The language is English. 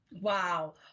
Wow